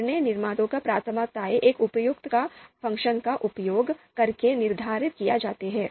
उचित उपयोगिता फ़ंक्शन का उपयोग करके निर्णय निर्माताओं की प्राथमिकताएँ निर्धारित की जाती हैं